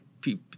people